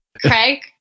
Craig